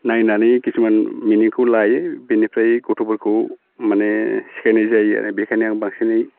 नायनानै किसुमान मिनिंखौ लायो बेनिफ्राय गथ'फोरखौ माने सिखायनाय जायो आरो बेखायनो आं बांसिनै